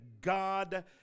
God